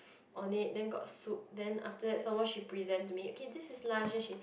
on it then got soup then after that some more she present to me okay this is lunch this is